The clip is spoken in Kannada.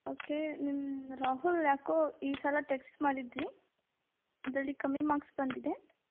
ಓಕೆ ನಿಮ್ಮ ರಾಹುಲ್ ಯಾಕೋ ಈ ಸಲ ಟೆಸ್ಟ್ ಮಾಡಿದ್ವಿ ಅದರಲ್ಲಿ ಕಮ್ಮಿ ಮಾರ್ಕ್ಸ್ ಬಂದಿದೆ